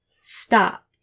stop